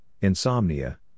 insomnia